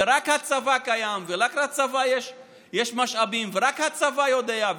ורק הצבא קיים ורק לצבא יש משאבים ורק הצבא יודע.